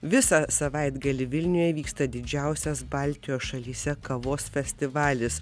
visą savaitgalį vilniuje vyksta didžiausias baltijos šalyse kavos festivalis